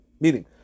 meaning